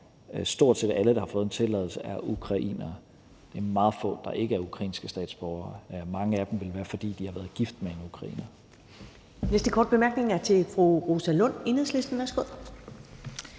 stort set alle, der har fået en tilladelse, er ukrainere. Det er meget få, der ikke er ukrainske statsborgere, og for mange af dem vil det være, fordi de har været gift med en ukrainer. Kl. 15:13 Første næstformand (Karen